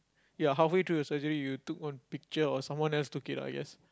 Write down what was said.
ya halfway through the surgery you took one picture or someone else took it I guess